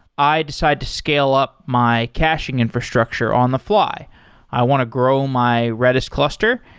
i decide to scale up my caching infrastructure on-the-fly. i want to grow my redis cluster.